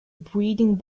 breeding